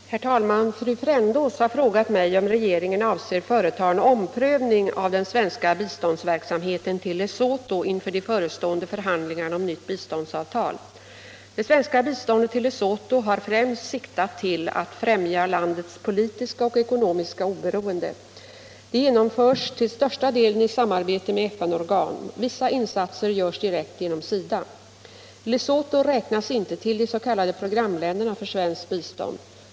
99, och anförde: Herr talman! Fru Frändås har frågat mig om regeringen avser att företa en omprövning av den svenska biståndsverksamheten till Lesotho inför de förestående förhandlingarna om nytt biståndsavtal. Det svenska biståndet till Lesotho har främst siktat till att främja landets politiska och ekonomiska oberoende. Det genomförs till största delen i samarbete med FN-organ. Vissa insatser görs direkt genom SIDA. Lesotho räknas inte till de s.k. programländerna för svenskt bistånd.